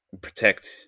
protect